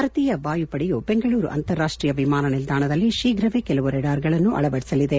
ಭಾರತೀಯ ವಾಯುಪಡೆಯು ಬೆಂಗಳೂರು ಅಂತಾರಾಷ್ಷೀಯ ವಿಮಾನ ನಿಲ್ದಾಣದಲ್ಲಿ ಶೀಘವೇ ಕೆಲವು ರೆಡಾರ್ಗಳನ್ನು ಅಳವಡಿಸಲಿದೆ